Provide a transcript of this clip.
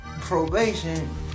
probation